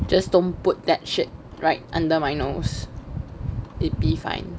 just don't put that shit right under my nose it be fine